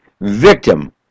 victim